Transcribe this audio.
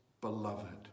beloved